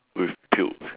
with puke